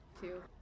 Two